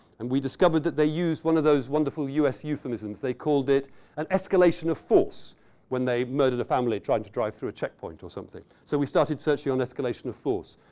and we discovered that they use one of those wonderful us euphemisms. they called it an escalation of force when they murder the family trying to fight through a checkpoint or something. so we started searching on escalation of force.